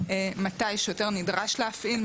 מתי שוטר נדרש להפעיל,